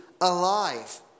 alive